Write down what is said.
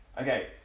okay